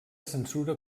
censura